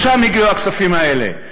משם הגיעו הכספים האלה.